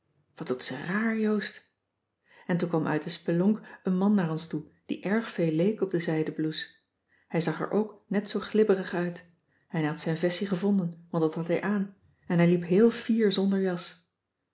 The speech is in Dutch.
wat doet ze raar joost en toen kwam uit de spelonk een man naar ons toe die erg veel leek op de zijden blouse hij zag er ook net zoo glibberig uit en hij had zijn vessie gevonden want dat had hij aan en hij liep heel fier zonder jas